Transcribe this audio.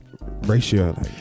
ratio